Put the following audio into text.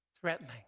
threatening